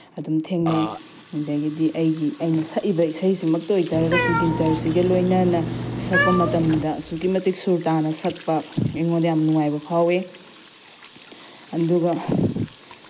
ꯑꯗꯨꯝ ꯊꯦꯡꯅꯩ ꯑꯗꯒꯤꯗꯤ ꯑꯩꯒꯤ ꯑꯩꯅ ꯁꯛꯏꯕ ꯏꯁꯩꯁꯤꯃꯛꯇ ꯑꯣꯏ ꯇꯥꯔꯒꯁꯨ ꯒꯤꯇꯔꯁꯤꯒ ꯂꯣꯏꯅꯅ ꯁꯛꯄ ꯃꯇꯝꯗ ꯑꯁꯨꯛꯀꯤ ꯃꯇꯤꯛ ꯁꯨꯔ ꯇꯥꯅ ꯁꯛꯄ ꯑꯩꯉꯣꯟꯗ ꯌꯥꯝ ꯅꯨꯡꯉꯥꯏꯕ ꯐꯥꯎꯋꯦ ꯑꯗꯨꯒ